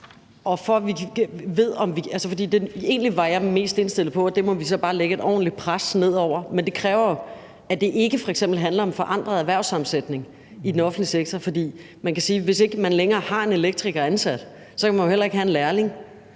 Egentlig var jeg mest indstillet på, at der måtte vi så bare lægge et ordentligt pres, men det kræver jo, at det f.eks. ikke handler om en forandret erhvervsammensætning i den offentlige sektor. For man kan sige, at hvis man ikke længere har en elektriker ansat, kan man jo heller ikke have en lærling.